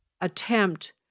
attempt